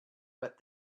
what